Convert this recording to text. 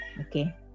okay